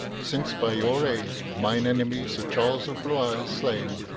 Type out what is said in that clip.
since by your aide mine enemy sir charles of blois is slain,